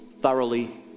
thoroughly